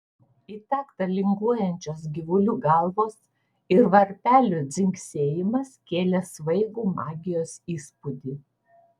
į taktą linguojančios gyvulių galvos ir varpelių dzingsėjimas kėlė svaigų magijos įspūdį